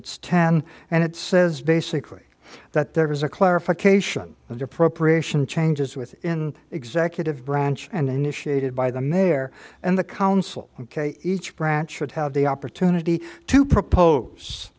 it's ten and it says basically that there was a clarification of the appropriation changes within the executive branch and initiated by the mayor and the council ok each branch should have the opportunity to propose